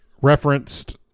referenced